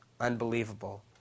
unbelievable